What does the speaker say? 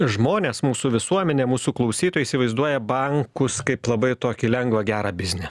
žmonės mūsų visuomenė mūsų klausytojai įsivaizduoja bankus kaip labai tokį lengvą gerą biznį